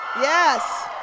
Yes